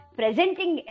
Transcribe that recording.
presenting